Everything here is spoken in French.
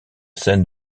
scène